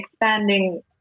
expanding